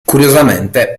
curiosamente